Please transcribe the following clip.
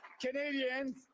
Canadians